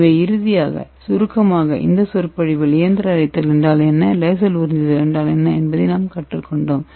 எனவே இறுதியாக சுருக்கமாக இந்த சொற்பொழிவில் இயந்திர அரைத்தல் என்றால் என்ன லேசர் உறிஞ்சுதல் என்ன என்பதை நாங்கள் கற்றுக்கொண்டோம்